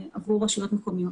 הרשויות המקומיות,